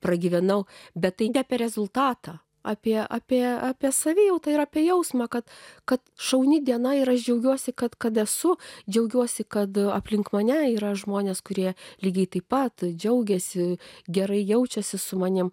pragyvenau bet tai ne apie rezultatą apie apie apie savijautą ir apie jausmą kad kad šauni diena ir aš džiaugiuosi kad kad esu džiaugiuosi kad aplink mane yra žmonės kurie lygiai taip pat džiaugiasi gerai jaučiasi su manimi